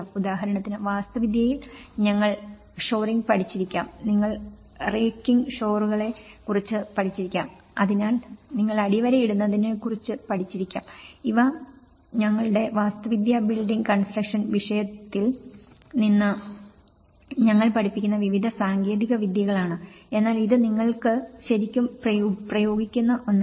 ഉദാഹരണത്തിന് വാസ്തുവിദ്യയിൽ ഞങ്ങൾ ഷോറിംഗ് പഠിച്ചിരിക്കാം നിങ്ങൾ റേക്കിംഗ് ഷോറുകളെ കുറിച്ച് പഠിച്ചിരിക്കാം അതിനാൽ നിങ്ങൾ അടിവരയിടുന്നതിനെക്കുറിച്ച് പഠിച്ചിരിക്കാം ഇവ ഞങ്ങളുടെ വാസ്തുവിദ്യാ ബിൽഡിംഗ് കൺസ്ട്രക്ഷൻ വിഷയത്തിൽ നിന്ന് ഞങ്ങൾ പഠിക്കുന്ന വിവിധ സാങ്കേതിക വിദ്യകളാണ് എന്നാൽ ഇത് നിങ്ങൾ ശരിക്കും പ്രയോഗിക്കുന്ന ഒന്നാണ്